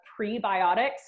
prebiotics